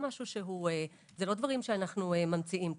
אלה לא דברים שאנחנו ממציאים כאן.